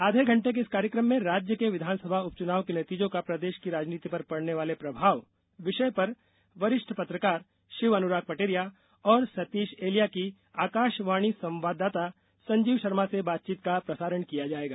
आधे घंटे के इस कार्यकम में राज्य के विधानसभा उपचुनाव के नतीजों का प्रदेश की राजनीति पर पड़ने वाले प्रभाव विषय पर वरिष्ठ पत्रकार शिव अनुराग पटेरिया और सतीश एलिया की आकाशवाणी संवाददाता संजीव शर्मा से बातचीत का प्रसारण किया जायेगा